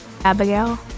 Abigail